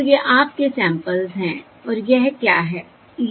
तो ये आपके सैंपल्स हैं और यह क्या है